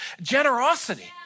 generosity